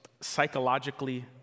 psychologically